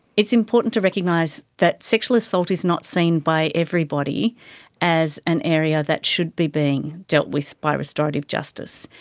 it's important to recognise that sexual assault is not seen by everybody as an area that should be being dealt with by restorative justice,